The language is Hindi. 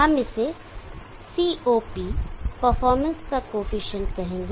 हम इसे COP परफॉर्मेंस का कॉएफिशिएंट COP कहेंगे